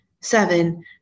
Seven